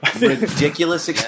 ridiculous